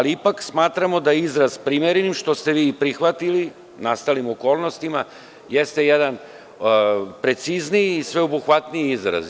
Ipak smatramo da je izraz „primerenim“, što ste vi i prihvatili u nastalim okolnostima, jeste jedan precizniji, sveobuhvatniji izraz.